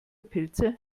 pilze